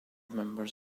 members